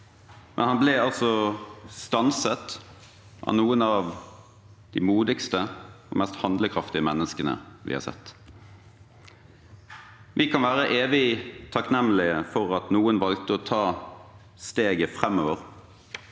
han ble stanset av noen av de modigste og mest handlekraftige menneskene vi har sett. Vi kan være evig takknemlige for at noen valgte å ta steget framover,